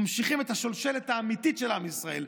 ממשיכים את השושלת האמיתית של עם ישראל.